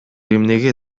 эмнеге